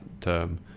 term